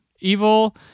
evil